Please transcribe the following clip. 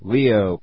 Leo